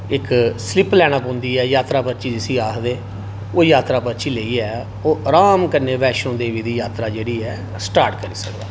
इक स्लिप लैना पोंदी ऐ यात्रा पर्ची जिसी आखदे ओह् यात्रा पर्ची लेइयै ओह् आराम कन्नै ओह् वैष्णो देवी दी यात्रा जेहड़ी एह् स्टार्ट करी सकदा